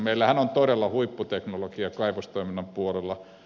meillähän on todella huipputeknologiaa kaivostoiminnan puolella